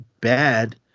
bad